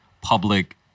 public